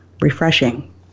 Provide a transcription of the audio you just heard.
Refreshing